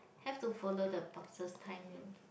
have to follow the bosses timing